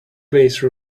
please